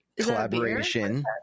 collaboration